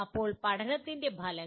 ഇപ്പോൾ പഠനത്തിൻ്റെ ഫലങ്ങൾ